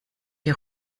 die